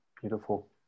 Beautiful